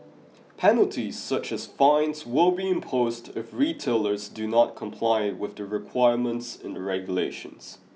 penalties such as fines will be imposed if retailers do not comply with the requirements in the regulations